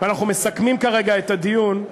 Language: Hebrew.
אנחנו מסכמים כרגע את הדיון,